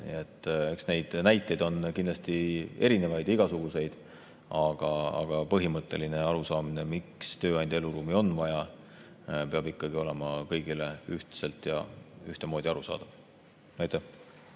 näiteid ole kindlasti erinevaid, neid on igasuguseid, aga põhimõtteline arusaam, miks tööandja eluruumi on vaja, peab ikkagi olema kõigile ühtselt ja ühtemoodi arusaadav.